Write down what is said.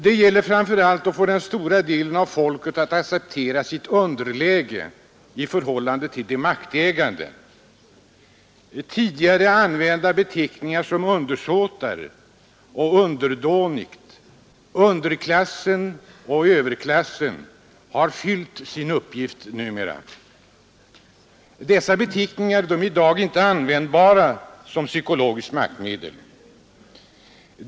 Det gäller framför allt att få den stora delen av folket att acceptera sitt underläge i förhållande till de maktägande. Tidigare använda beteckningar som ”undersåtar” och ”underdånigt”, ”underklassen” och ”överklassen” har numera fyllt sina uppgifter. Dessa beteckningar är i dag inte användbara som psykologiskt maktmedel.